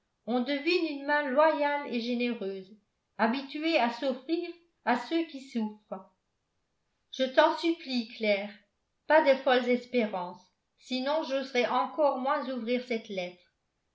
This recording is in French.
on devine une main loyale et généreuse habituée à s'offrir à ceux qui souffrent je t'en supplie claire pas de folles espérances sinon j'oserais encore moins ouvrir cette lettre